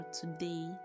today